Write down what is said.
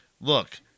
look